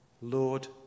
Lord